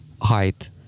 height